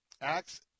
Acts